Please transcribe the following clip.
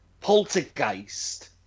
Poltergeist